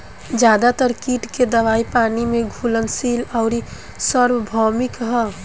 ज्यादातर कीट के दवाई पानी में घुलनशील आउर सार्वभौमिक ह?